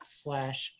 slash